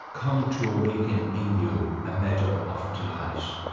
come to awaken in you a meadow of delight.